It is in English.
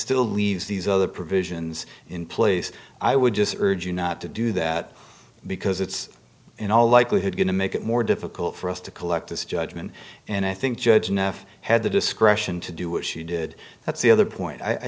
still leaves these other provisions in place i would just urge you not to do that because it's in all likelihood going to make it more difficult for us to collect this judgment and i think judge enough had the discretion to do what she did that's the other point i